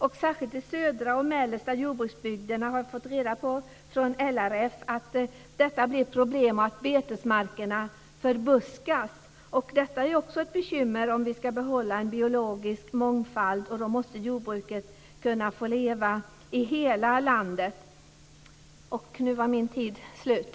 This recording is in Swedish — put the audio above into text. Vi har fått reda på av LRF att detta särskilt i de södra och mellersta jordbruksbygderna innebär problem och att betesmarkerna förbuskas. Det är också ett bekymmer om vi ska behålla en biologisk mångfald. Då måste jordbruket kunna leva i hela landet. Nu var min tid slut.